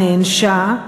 נענשה,